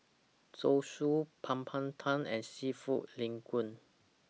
Zosui Papadum and Seafood Linguine